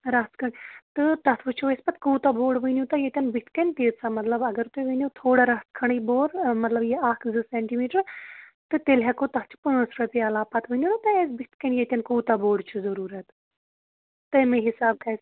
رَژھ کھنٛڈ تہٕ تَتھ وٕچھو أسۍ پَتہٕ کوٗتاہ بوڑ ؤنِو تُہۍ ییٚتٮ۪ن بٕتھِ کَنۍ تیٖژاہ مطلب اگر تُہۍ ؤنِو تھوڑا رَتھ کھنٛڈٕے بور مطلب یہِ اَکھ زٕ سیٚنٹی میٖٹر تہٕ تیٚلہِ ہٮ۪کو تَتھ چھِ پانٛژھ رۄپیہِ علاوٕ پَتہٕ ؤنِو نا تۄہہِ اَسہِ بٕتھِ کَنۍ ییٚتٮ۪ن کوٗتاہ بوڑ چھُ ضروٗرت تَمے حِساب گژھِ